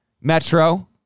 Metro